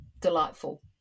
Delightful